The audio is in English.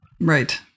right